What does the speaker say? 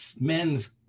men's